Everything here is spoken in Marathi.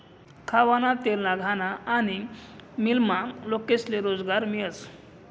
खावाना तेलना घाना आनी मीलमा लोकेस्ले रोजगार मियस